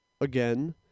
again